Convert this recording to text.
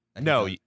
No